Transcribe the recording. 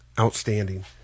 Outstanding